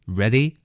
ready